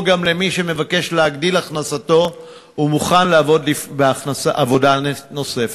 גם של מי שמבקש להגדיל את הכנסתו ומוכן לעבוד עבודה נוספת.